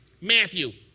Matthew